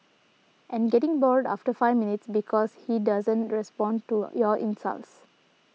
and getting bored after five minutes because he doesn't respond to your insults